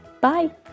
Bye